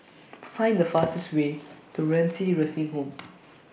Find The fastest Way to Renci Nursing Home